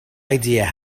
idea